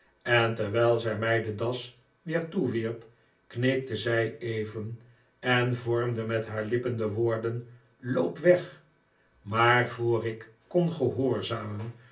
en terwijl zij mij de das weer toewierp knikte zij even en vormde met haar lippen de woorden loop weg maar voor ik kon